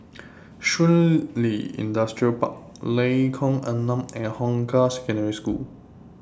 Shun Li Industrial Park Lengkong Enam and Hong Kah Secondary School